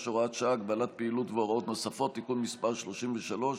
(הוראת שעה) (הגבלת פעילות והוראות נוספות) (תיקון מס' 33),